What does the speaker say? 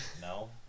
No